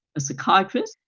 a psychiatrist,